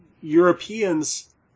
Europeans